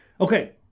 okay